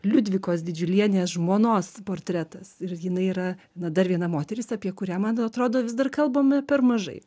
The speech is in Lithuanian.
liudvikos didžiulienės žmonos portretas ir jinai yra na dar viena moteris apie kurią man atrodo vis dar kalbame per mažai